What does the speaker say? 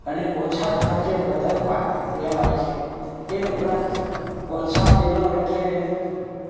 અને ઓછા ખર્ચે વધારે પાક લેવાય છે એ ઉપરાંત વલસાડ જિલ્લો એટલે